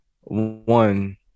one